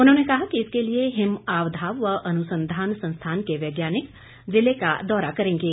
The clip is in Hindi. उन्होंने कहा कि इसके लिए हिम आवधाव व अनुसंधान संस्थान के वैज्ञानिक जिले का दौरा करेंगे